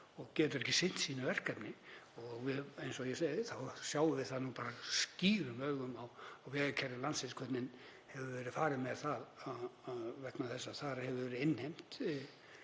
og getur ekki sinnt verkefni sínu. Eins og ég segi þá sjáum við það skýrt á vegakerfi landsins, hvernig hefur verið farið með það, vegna þess að þar hafa verið innheimt